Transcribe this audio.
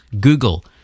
Google